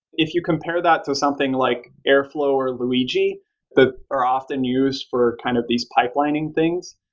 if you compare that to something like airflow or luigi that are often used for kind of these pipelining things,